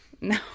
no